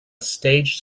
staged